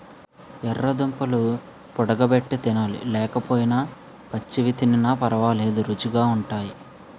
యెర్ర దుంపలు వుడగబెట్టి తినాలి లేకపోయినా పచ్చివి తినిన పరవాలేదు రుచీ గుంటయ్